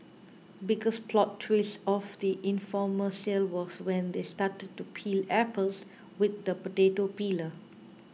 biggest plot twist of the infomercial was when they started to peel apples with the potato peeler